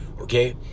okay